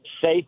safe